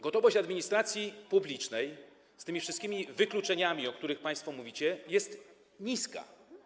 Gotowość administracji publicznej, z tymi wszystkimi wykluczeniami, o których państwo mówicie, jest niska.